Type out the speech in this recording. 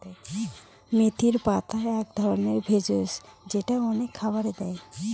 মেথির পাতা এক ধরনের ভেষজ যেটা অনেক খাবারে দেয়